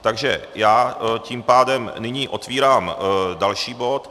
Takže já tím pádem nyní otevírám další bod.